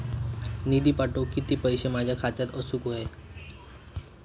निधी पाठवुक किती पैशे माझ्या खात्यात असुक व्हाये?